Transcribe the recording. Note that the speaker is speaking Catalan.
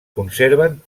conserven